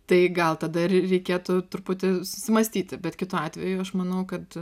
tai gal tada ir reikėtų truputį susimąstyti bet kitu atveju aš manau kad